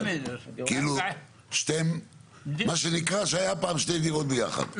מה שנקרא שהיה פעם שתי דירות ביחד,